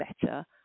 better